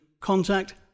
contact